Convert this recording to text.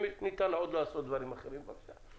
אם ניתן עוד לעשות דברים אחרים, בבקשה.